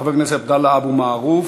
חבר הכנסת עבדאללה אבו מערוף,